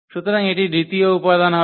সুতরাং এটি দ্বিতীয় উপাদান হবে